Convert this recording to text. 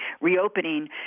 reopening